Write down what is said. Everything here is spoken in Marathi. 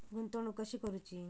गुंतवणूक कशी करूची?